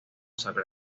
zagreb